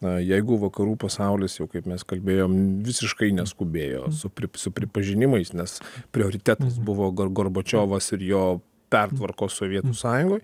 na jeigu vakarų pasaulis jau kaip mes kalbėjom visiškai neskubėjo su prip su pripažinimais nes prioritetas buvo gor gorbačiovas ir jo pertvarkos sovietų sąjungoj